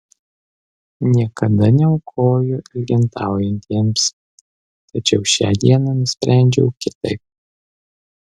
niekada neaukoju elgetaujantiems tačiau šią dieną nusprendžiau kitaip